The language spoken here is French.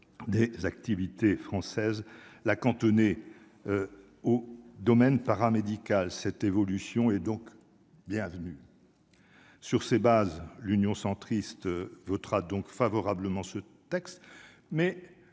des activités françaises là cantonné au domaine paramédical, cette évolution est donc bienvenue sur ces bases, l'Union centriste votera donc favorablement ce texte mais